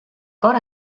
cor